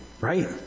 Right